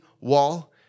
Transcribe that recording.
wall